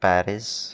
Paris